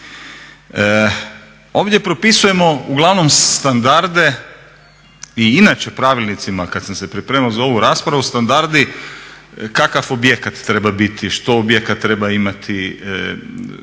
Ovdje propisujemo uglavnom standarde, i inače u pravilnicima kada sam se pripremao za ovu raspravu, standardi kakav objekat treba biti, što objekat treba imati.